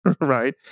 right